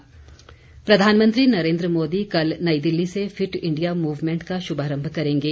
fit India प्रधानमंत्री नरेन्द्र मोदी कल नई दिल्ली से फिट इंडिया मूवमेंट का शुभारम्भ करेंगे